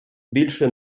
більше